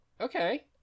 okay